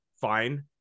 fine